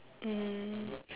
um